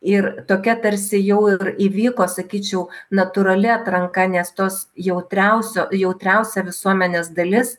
ir tokia tarsi jau ir įvyko sakyčiau natūrali atranka nes tos jautriausio jautriausia visuomenės dalis